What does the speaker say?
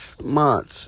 months